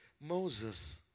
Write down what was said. Moses